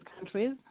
countries